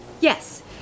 Yes